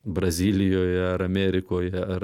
brazilijoje ar amerikoje ar